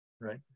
right